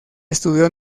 estudió